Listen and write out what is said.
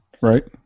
Right